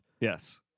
yes